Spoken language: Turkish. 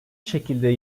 şekilde